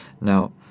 Now